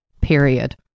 period